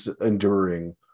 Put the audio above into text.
enduring